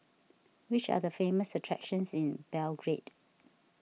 which are the famous attractions in Belgrade